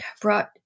brought